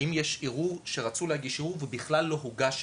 האם רצו להגיש ערעור ובכלל לא הוגש ערעור.